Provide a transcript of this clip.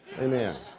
Amen